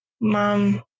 Mom